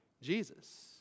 Jesus